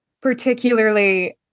particularly